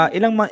Ilang